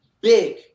big